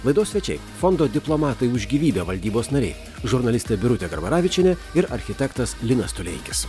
laidos svečiai fondo diplomatai už gyvybę valdybos nariai žurnalistai birutė garbaravičienė ir architektas linas tuleikis